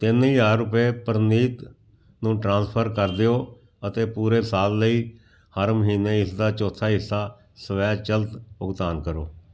ਤਿੰਨ ਹਜ਼ਾਰ ਰੁਪਏ ਪ੍ਰਨੀਤ ਨੂੰ ਟ੍ਰਾਂਸਫਰ ਕਰ ਦਿਉ ਅਤੇ ਪੂਰੇ ਸਾਲ ਲਈ ਹਰ ਮਹੀਨੇ ਇਸਦਾ ਚੌਥਾ ਹਿੱਸਾ ਸਵੈਚਲਿਤ ਭੁਗਤਾਨ ਕਰੋ